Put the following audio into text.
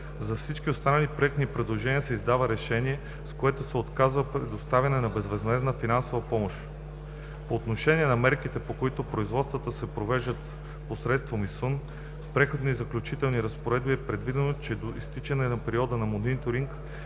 За всички останали проектни предложения се издава решение, с което се отказва предоставянето на безвъзмездна финансова помощ. По отношение на мерките, по които производствата се провеждат посредством ИСУН, в Преходните и заключителните разпоредби е предвидено, че до изтичане на периода на мониторинг,